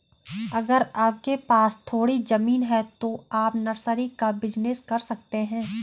अगर आपके पास थोड़ी ज़मीन है तो आप नर्सरी का बिज़नेस कर सकते है